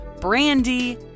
Brandy